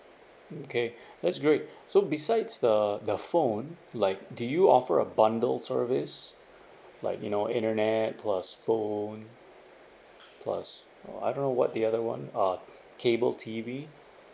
okay that's great so besides the the phone like do you offer a bundle service like you know internet plus phone plus uh I don't know what the other one uh cable T_V